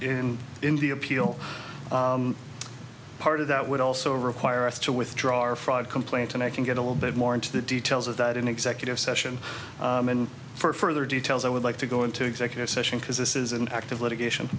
in india appeal part of that would also require us to withdraw our fraud complaint and i can get a little bit more into the details of that in executive session and for further details i would like to go into executive session because this is an act of litigation